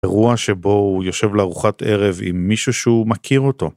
אירוע שבו הוא יושב לארוחת ערב עם מישהו שהוא מכיר אותו.